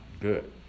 good